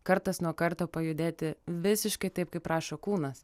kartas nuo karto pajudėti visiškai taip kaip prašo kūnas